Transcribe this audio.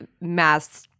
mass